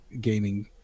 gaming